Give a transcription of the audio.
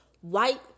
white